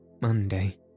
Monday